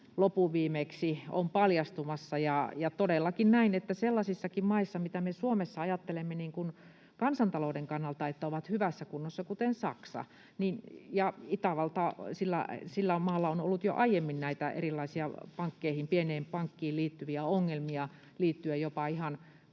lopunviimeksi on paljastumassa. Todellakin näen, että sellaisissakin maissa, mistä me Suomessa ajattelemme, että ne ovat kansantalouden kannalta hyvässä kunnossa, kuten Saksa ja Itävalta — jolla on ollut jo aiemmin näitä erilaisia pieniin pankkeihin liittyviä ongelmia, liittyen jopa ihan